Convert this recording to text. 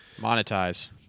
monetize